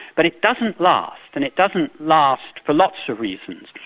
but it doesn't last, and it doesn't last for lots of reasons.